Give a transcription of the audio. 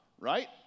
right